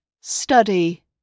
study